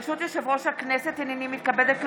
ברשות יושב-ראש הכנסת, הינני מתכבדת להודיעכם,